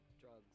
drugs